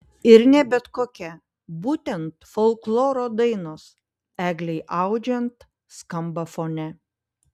ir ne bet kokia būtent folkloro dainos eglei audžiant skamba fone